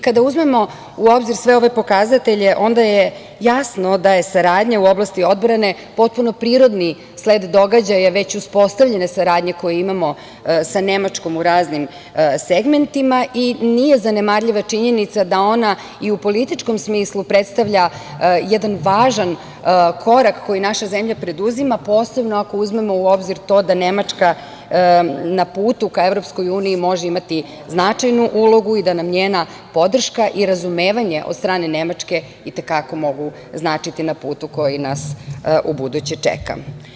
Kada uzmemo u obzir sve ove pokazatelje onda je jasno da je saradnja u oblasti odbrane potpuno prirodni sled događaja već uspostavljene saradnje koju imamo sa Nemačkom u raznim segmentima i nije zanemarljiva činjenica da ona i u političkom smislu predstavlja jedan važan korak koji naša zemlja preduzima, posebno ako uzmemo u obzir to da Nemačka na putu ka EU može imati značajnu ulogu i da nam njena podrška i razumevanje od strane Nemačke i te kako mogu značiti na putu koji nas čeka.